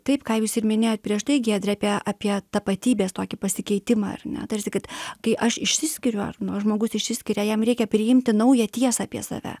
taip ką jūs ir minėjot prieš tai giedre apie apie tapatybės tokį pasikeitimą ar ne tarsi kad kai aš išsiskiriu ar nu žmogus išsiskiria jam reikia priimti naują tiesą apie save